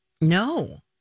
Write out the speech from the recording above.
No